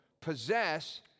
possess